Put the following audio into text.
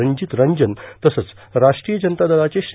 रंजीत रंजन तसंच राष्ट्रीय जनता दलावे श्री